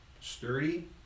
sturdy